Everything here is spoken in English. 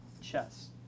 Chess